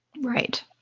Right